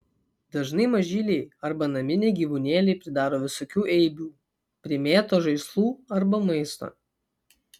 dažnai mažyliai arba naminiai gyvūnėliai pridaro visokių eibių primėto žaislų arba maisto